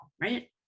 right